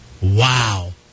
Wow